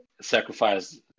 sacrifice